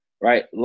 Right